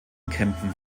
kempen